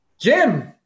Jim